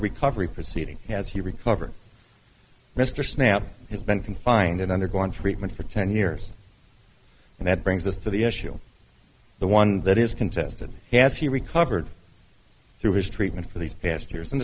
recovery proceeding has he recovered mr snout has been confined and undergoing treatment for ten years and that brings us to the issue the one that is contested has he recovered through his treatment for these past years and the